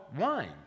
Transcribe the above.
wine